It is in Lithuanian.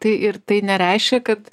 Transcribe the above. tai ir tai nereiškia kad